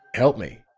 help me.